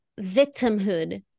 victimhood